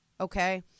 Okay